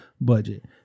budget